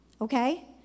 Okay